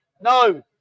No